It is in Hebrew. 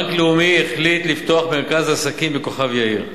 בנק לאומי החליט לפתוח מרכז עסקים בכוכב-יאיר,